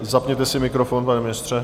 Zapněte si mikrofon, pane ministře.